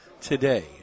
today